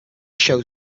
shows